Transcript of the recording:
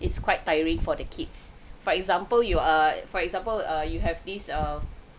it's quite tiring for their kids for example you are for example err you have this err